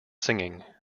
singing